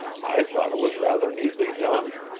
i thought it was rather neatly done.